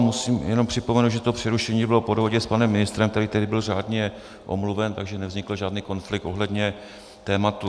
Musím jenom připomenout, že to přerušení bylo po dohodě s panem ministrem, který tehdy byl řádně omluven, takže nevznikl žádný konflikt ohledně tématu.